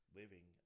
living